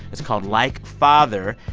it's called like father.